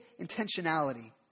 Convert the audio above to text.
intentionality